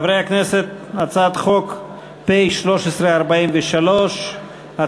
חברי הכנסת, 41 בעד,